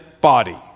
body